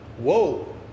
Whoa